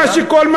מה שכל,